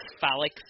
phallic